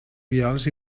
vials